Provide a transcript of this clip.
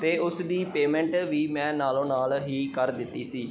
ਅਤੇ ਉਸ ਦੀ ਪੇਮੈਂਟ ਵੀ ਮੈਂ ਨਾਲੋਂ ਨਾਲ ਹੀ ਕਰ ਦਿੱਤੀ ਸੀ